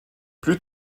plus